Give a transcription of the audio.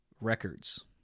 records